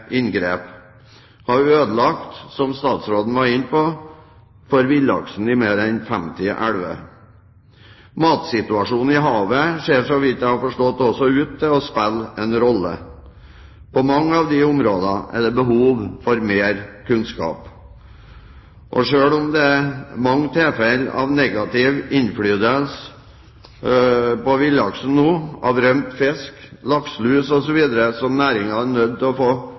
inngrep har, som statsråden var inne på, ødelagt for villaksen i mer enn 50 elver. Matsituasjonen i havet ser, så vidt jeg har forstått, også ut til å spille en rolle. På mange av disse områdene er det behov for mer kunnskap. Og selv om det nå er mange ting som har negativ innflytelse på villaksen, som rømt fisk, lakselus osv., som næringen er nødt til å få